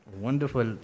Wonderful